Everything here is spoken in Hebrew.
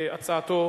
הצעתו,